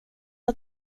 att